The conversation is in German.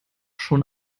schon